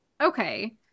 Okay